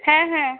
হ্যাঁ হ্যাঁ